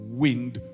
wind